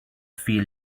feel